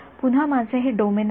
पुन्हा माझे हे डोमेन आहे